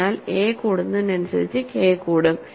അതിനാൽ എ കൂടുന്നതിനനുസരിച്ച് കെ കൂടും